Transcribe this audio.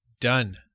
Done